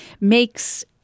makes